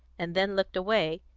and then looked away,